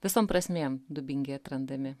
visom prasmėm dubingiai atrandami